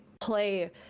play